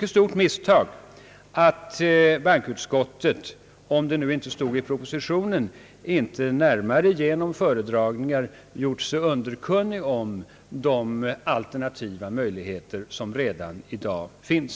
försummelse att bankoutskottet — eftersom propositionen inte innehöll någonting därom — inte genom föredragningar gjort sig närmare underkunnigt om de alternativa möjligheter som redan i dag finns.